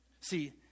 See